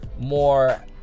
more